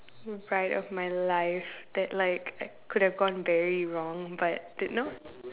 ride of my life that like could have gone very wrong but did not